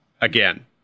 again